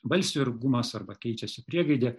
balsių ilgumas arba keičiasi priegaidė